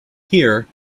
here